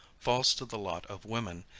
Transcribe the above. falls to the lot of women,